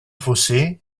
fossé